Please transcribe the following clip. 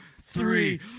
three